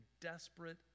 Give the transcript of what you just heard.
desperate